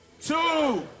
two